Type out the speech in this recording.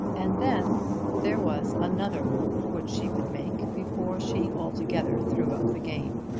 and then there was another move which she would make before she altogether threw up the game.